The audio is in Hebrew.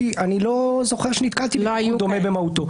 כי אני לא זוכר שנתקלתי בתיקון דומה במהותו.